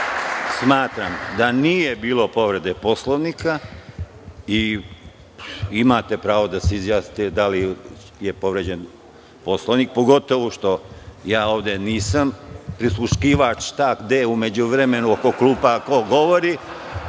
opomenu. Smatram da nije bilo povrede poslovnika i imate pravo da se izjasnite da li je povređen Poslovnik, pogotovu što ja ovde nisam prisluškivač šta, gde u međuvremenu oko klupa ko govori.